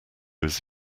his